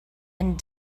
and